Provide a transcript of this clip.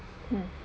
mm